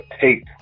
take